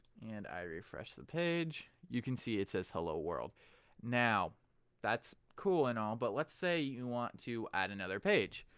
and i refresh the page, you can see it says hello world now that's cool and all but let's say you want to add another page.